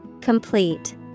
Complete